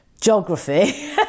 geography